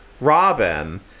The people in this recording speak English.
Robin